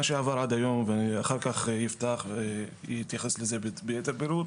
מה שעבר עד היום, ואחר כך אתייחס לזה ביתר פירוט